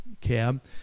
cab